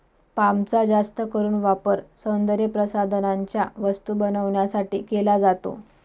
पामचा जास्त करून वापर सौंदर्यप्रसाधनांच्या वस्तू बनवण्यासाठी केला जातो